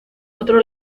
otro